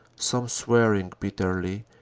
some swearing bitterly,